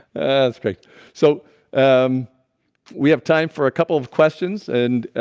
that's great so um we have time for a couple of questions and